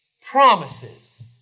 promises